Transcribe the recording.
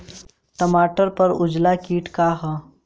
टमाटर पर उजला किट का है?